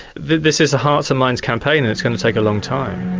this is a hearts and minds campaign, and it's going to take a long time.